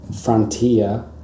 frontier